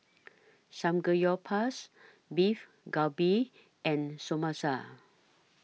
Samgeyopsal Beef Galbi and Samosa